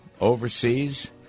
overseas